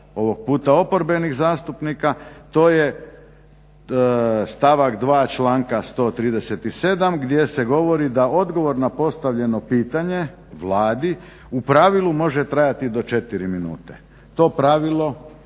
ovog puta oporbenih zastupnika to je stavak 2. članka 137. gdje se govori da odgovor na postavljeno pitanje Vladi u pravilu može trajati do 4 minute. To pravilo